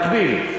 בעד שחרור במקביל.